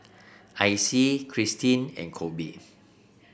Icy Kirstin and Kolby